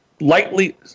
Lightly